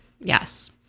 yes